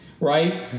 right